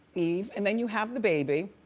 eve, and then you have the baby.